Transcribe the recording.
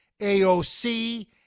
AOC